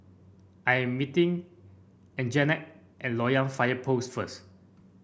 I am meeting Anjanette at Loyang Fire Post first